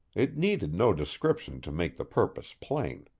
it needed no description to make the purpose plain.